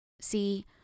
See